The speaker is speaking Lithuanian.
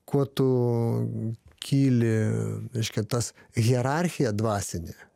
kuo tu kyli reiškia tas hierarchija dvasinė